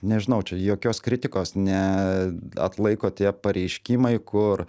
nežinau čia jokios kritikos ne atlaiko tie pareiškimai kur